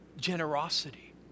generosity